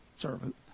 servant